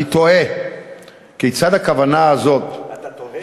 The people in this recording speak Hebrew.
אני תוהה כיצד הכוונה הזאת, אתה טועה?